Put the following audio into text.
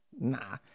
nah